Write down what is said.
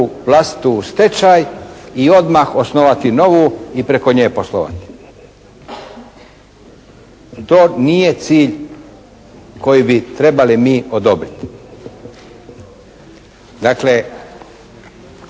vlastitu u stečaj i odmah osnovati novu i preko nje poslovati. To nije cilj koji bi trebali mi odobriti. Dakle,